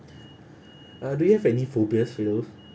uh do you have any phobias firdaus